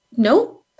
No